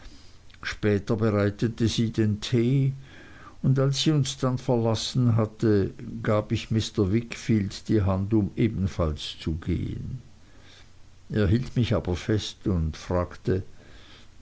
später bereitete sie den tee und als sie uns dann verlassen hatte gab ich mr wickfield die hand um ebenfalls zu gehen er hielt mich aber fest und fragte